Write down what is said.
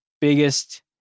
biggest